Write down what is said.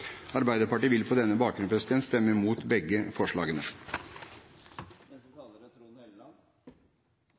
Arbeiderpartiet vil på denne bakgrunn stemme imot begge forslagene. Det er